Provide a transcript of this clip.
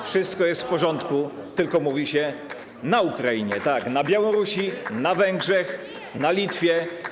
Wszystko jest w porządku, tylko mówi się: na Ukrainie, tak, na Białorusi, na Węgrzech, na Litwie.